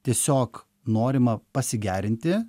tiesiog norima pasigerinti